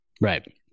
Right